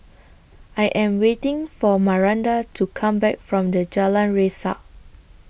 I Am waiting For Maranda to Come Back from The Jalan Resak